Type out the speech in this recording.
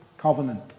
Covenant